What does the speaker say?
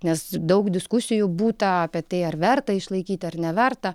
nes daug diskusijų būta apie tai ar verta išlaikyti ar neverta